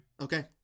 okay